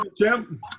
champ